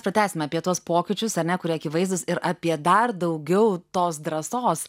pratęsim apie tuos pokyčius ar ne kurie akivaizdūs ir apie dar daugiau tos drąsos